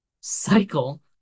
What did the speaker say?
cycle